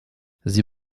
sie